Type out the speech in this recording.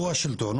הוא השלטון,